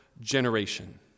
generation